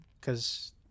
cause